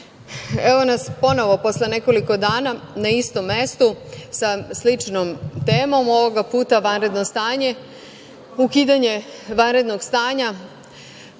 nas ponovo posle nekoliko dana na istom mestu sa sličnom temom. Ovoga puta vanredno stanje, ukidanje vanrednog stanja,